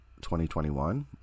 2021